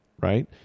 right